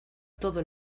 todo